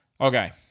Okay